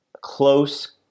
close